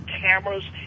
Cameras